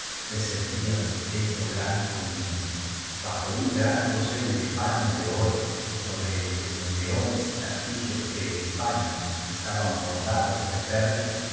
descendía del techo blanco y negro bajo un biblioteca nacional de españa el cumpleaños de la infanta gran dosel de paño de oro sobre el que los leones y castillos de españa estaban bordados de perlas se